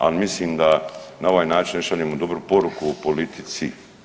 Ali mislim da na ovaj način ne šaljemo dobru poruku o politici.